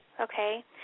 Okay